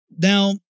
Now